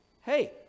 hey